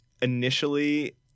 Initially